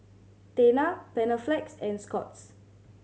Tena Panaflex and Scott's